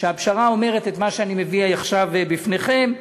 והפשרה אומרת את מה שאני מביא עכשיו בפניכם.